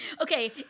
Okay